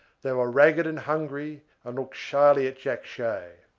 they were ragged and hungry, and looked shyly at jack shay.